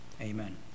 amen